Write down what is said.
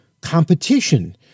competition